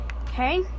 Okay